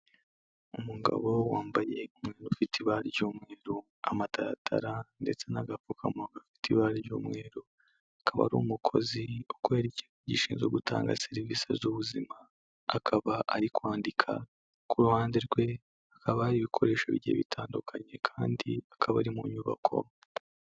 Umugabo wambaye itaburiya ifite ibara ry'umweru amataratara ndetse n'agapfukamo gafite ibara ry'umweru akaba ari umukozi w’ikigo gishinzwe gutanga serivisi z'ubuzima akaba ari kwandika, ku ruhande rwe hakaba hari ibikoresho bigiye bitandukanye kandi akaba ari mu nyubako.